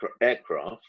aircraft